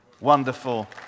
wonderful